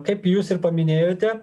kaip jūs ir paminėjote